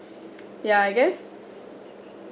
yeah I guess